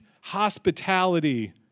hospitality